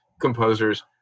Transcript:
composers